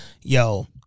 yo